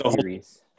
series